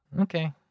Okay